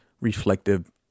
reflective